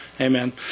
Amen